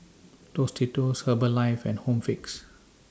Tostitos Herbalife and Home Fix